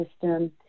system